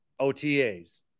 OTAs